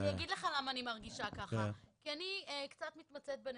אני אגיד לך למה אני מרגישה ככה: כי אני קצת מתמצאת בנתונים,